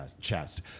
chest